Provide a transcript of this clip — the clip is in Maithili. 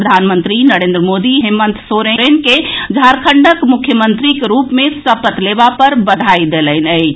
प्रधानमंत्री नरेन्द्र मोदी हेमंत सोरेन के झारखंडक मुख्यमंत्रीक रूप मे सपत लेबा पर बधाई देलनि अछि